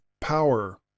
power